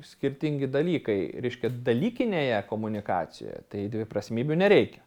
skirtingi dalykai reiškia dalykinėje komunikacijoje tai dviprasmybių nereikia